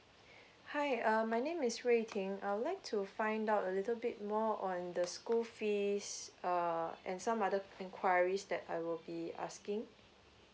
hi uh my wei ting I would like to find out a little bit more on the school fees err and some other enquiries that I will be asking